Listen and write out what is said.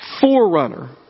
forerunner